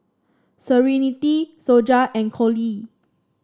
Serenity Sonja and Cole